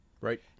right